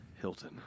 Hilton